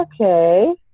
okay